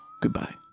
Goodbye